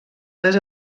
les